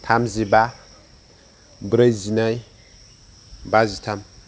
थामजिबा ब्रैजिनै बाजिथाम